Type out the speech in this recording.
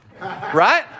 right